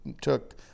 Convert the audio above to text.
took